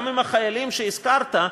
גם החיילים שהזכרת,